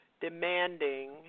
demanding